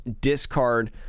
discard